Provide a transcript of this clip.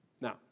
Now